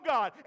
God